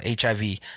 hiv